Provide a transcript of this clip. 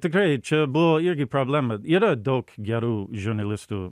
tikrai čia buvo irgi problema yra daug gerų žurnalistų